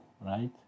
right